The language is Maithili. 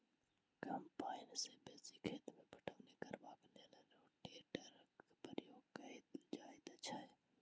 कम पाइन सॅ बेसी खेत मे पटौनी करबाक लेल रोटेटरक प्रयोग कयल जाइत छै